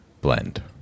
blend